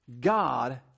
God